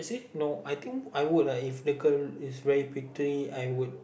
no I think I would lah if the girl is very pretty I would